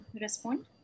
respond